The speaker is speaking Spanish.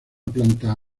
planta